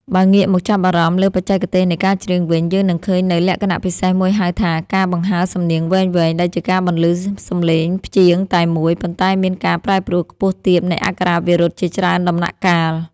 បើងាកមកចាប់អារម្មណ៍លើបច្ចេកទេសនៃការច្រៀងវិញ យើងនឹងឃើញនូវលក្ខណៈពិសេសមួយហៅថា ការបង្ហើរសំនៀងវែងៗ ដែលជាការបន្លឺសម្លេងព្យាង្គតែមួយ ប៉ុន្តែមានការប្រែប្រួលខ្ពស់ទាបនៃអក្ខរាវិរុទ្ធជាច្រើនដំណាក់កាល។